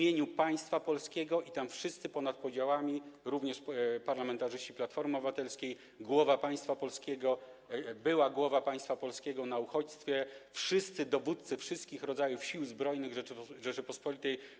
I wszyscy w tym uczestniczyli ponad podziałami, również parlamentarzyści Platformy Obywatelskiej, głowa państwa polskiego, była głowa państwa polskiego na uchodźstwie, wszyscy dowódcy wszystkich rodzajów Sił Zbrojnych Rzeczypospolitej.